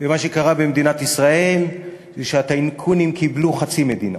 ומה שקרה במדינת ישראל זה שהטייקונים קיבלו חצי מדינה.